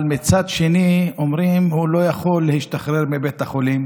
אבל מצד שני אומרים: הוא לא יכול להשתחרר מבית החולים